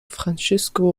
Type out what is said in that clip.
francisco